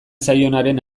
zaionaren